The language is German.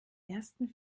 ersten